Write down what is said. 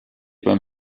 beim